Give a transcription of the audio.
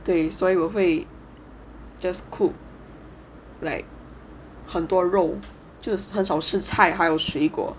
对所以我会 just cook like 很多肉就很少吃菜还有水果